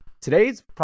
Today's